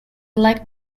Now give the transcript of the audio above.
like